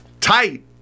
tight